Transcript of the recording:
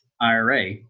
IRA